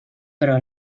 però